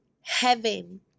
heaven